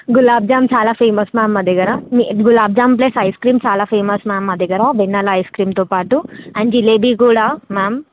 గులాబ్ జామ్ చాలా famous ma'am మా దగ్గర gulab jam plus ice cream చాలా ఫేమస్ మ్యామ్ మా దగ్గర వెన్నెల ఐస్ క్రీమ్తో పాటూ అండ్ జిలేబీ కూడా మ్యామ్